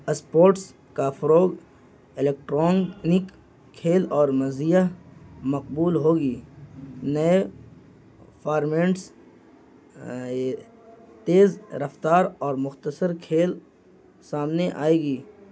sports کا فروغ electronic کھیل اور مزہ مقبول ہوگی نئے فارمنٹس یہ تیز رفتار اور مختصر کھیل سامنے آئے گی